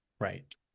right